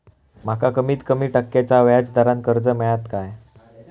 माका कमीत कमी टक्क्याच्या व्याज दरान कर्ज मेलात काय?